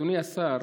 אדוני השר,